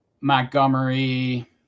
Montgomery